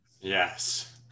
Yes